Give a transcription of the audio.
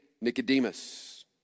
Nicodemus